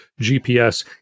GPS